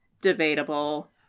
debatable